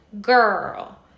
girl